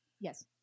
Yes